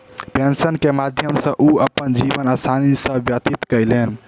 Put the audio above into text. pension के माध्यम सॅ ओ अपन जीवन आसानी सॅ व्यतीत कयलैन